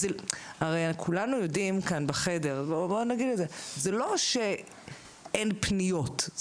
הרי כולנו יודעים כאן בחדר שזה לא שאין פניות,